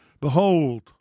Behold